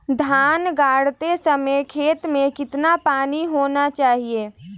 धान गाड़ते समय खेत में कितना पानी होना चाहिए?